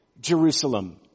Jerusalem